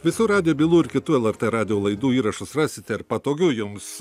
visų radijo bylų ir kitų el er t radijo laidų įrašus rasite ir patogiu jums